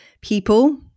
people